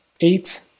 eight